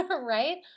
right